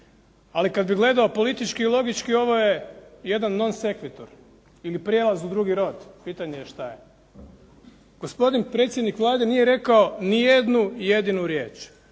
Ali kad bi gledao politički i logički ovo je jedan non sequitor ili prijelaz u drugi rod, pitanje je šta je. Gospodin predsjednik Vlade nije rekao ni jednu jedinu riječ